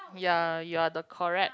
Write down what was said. ya you are the correct